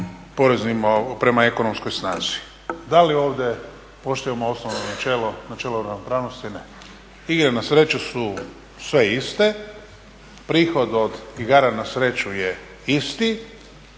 oporezivanja prema ekonomskoj snazi. Da li ovdje poštujemo osnovno načelo, načelo ravnopravnosti? Ne. Igre na sreću su sve iste, prihod od igara na sreću je isti.